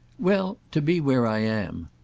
well, to be where i am.